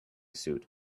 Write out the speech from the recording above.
suit